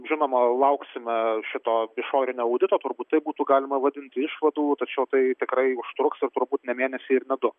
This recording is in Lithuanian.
žinoma lauksime šito išorinio audito turbūt taip būtų galima vadinti išvadų tačiau tai tikrai užtruks ir turbūt ne mėnesį ir ne du